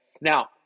now